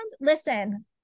listen